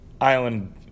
island